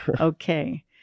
Okay